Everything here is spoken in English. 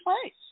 place